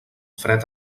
fred